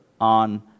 on